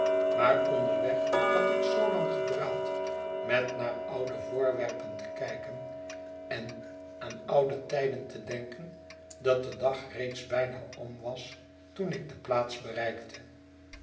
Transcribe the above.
maar onderweg had ik zoo lang gedraald met naar oude voorwerpen te kijken en aan oude tijden te denken dat de dag reeds bijna om was toen ik de plaats bereikte